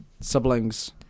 siblings